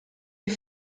die